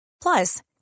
Plus